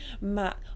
Matt